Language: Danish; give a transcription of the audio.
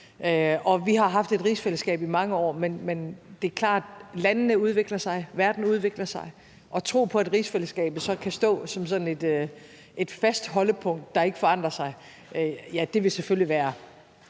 Vi har haft et rigsfællesskab i mange år, men det er klart, at landene udvikler sig, at verden udvikler sig, og at tro på, at rigsfællesskabet så kan stå som sådan et fast holdepunkt, der ikke forandrer sig, vil selvfølgelig i